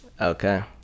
Okay